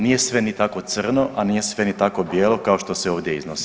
Nije sve ni tako crno, a nije sve ni tako bijelo kao što se ovdje iznosi.